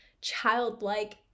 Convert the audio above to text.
childlike